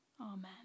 Amen